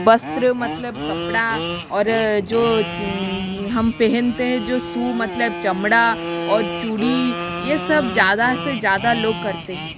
वस्त्र मतलब कपड़ा और जो हम पहनते हैं जो मतलब चमड़ा और चूड़ी ये सब ज़्यादा से ज़्यादा लोग करते हैं